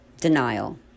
denial